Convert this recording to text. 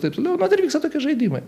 taip toliau nu dar vyksta tokie žaidimai